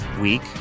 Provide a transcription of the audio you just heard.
week